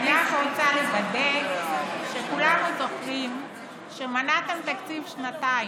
אני רק רוצה לוודא שכולנו זוכרים שמנעתם תקציב שנתיים.